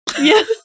Yes